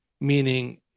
meaning